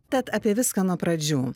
tad apie viską nuo pradžių